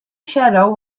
shadow